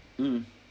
mm